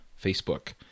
Facebook